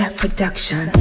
production